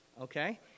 Okay